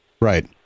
Right